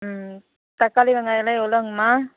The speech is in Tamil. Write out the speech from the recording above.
ம் தக்காளி வெங்காயமெலாம் எவ்வளோங்கம்மா